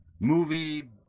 Movie